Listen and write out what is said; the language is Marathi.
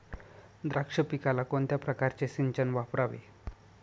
द्राक्ष पिकाला कोणत्या प्रकारचे सिंचन वापरावे?